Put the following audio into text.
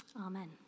Amen